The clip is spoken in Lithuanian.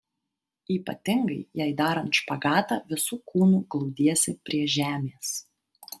ypatingai jei darant špagatą visu kūnu glaudiesi prie žemės